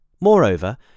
Moreover